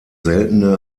seltene